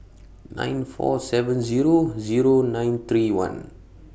nine four seven Zero Zero nine three one